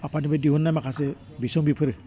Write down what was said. आफादनिफ्राय दिहुन्नाय माखासे बिसम्बिफोर